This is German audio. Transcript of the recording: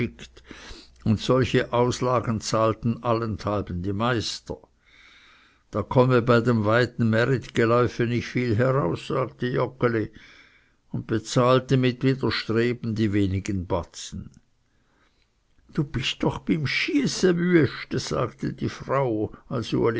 und solche auslagen zahlten allenthalben die meister da komme bei dem weiten märitgeläufe nicht viel heraus sagte joggeli und bezahlte mit widerstreben die wenigen batzen du bist doch beim schieß ewüeste sagte die frau